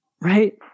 right